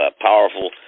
powerful